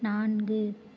நான்கு